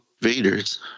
Vader's